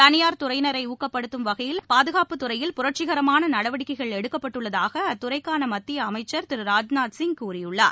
தனியார் துறையினரைஊக்கப்படுத்தும் வகையில் பாதுகாப்பு துறையில் புரட்சிகரமானநடவடிக்கைகள் எடுக்கப்பட்டுள்ளதாகஅத்துறைக்கானமத்தியஅமைச்சர் திரு ராஜ்நாத் சிங் கூறியுள்ளார்